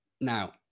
Now